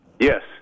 Yes